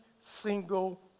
single